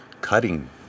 cutting